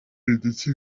ndetse